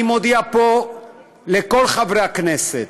אני מודיע פה לכל חברי הכנסת: